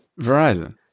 Verizon